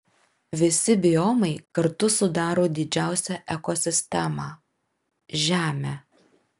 visi biomai kartu sudaro didžiausią ekosistemą žemę